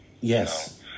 Yes